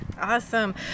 Awesome